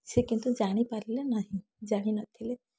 ସେ କିନ୍ତୁ ଜାଣିପାରିଲେ ନାହିଁ ଜାଣି ନଥିଲେ